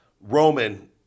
Roman